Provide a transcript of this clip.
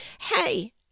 Hey